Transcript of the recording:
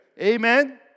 Amen